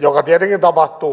joka tietenkin tapahtuu vähitellen